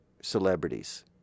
celebrities